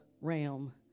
realm